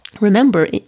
remember